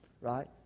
Right